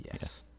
Yes